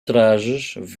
trajes